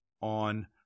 on